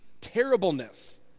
terribleness